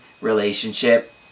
relationship